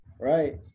Right